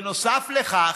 נוסף לכך,